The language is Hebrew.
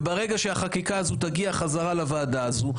וברגע שהחקיקה הזו תגיע חזרה לוועדה הזו,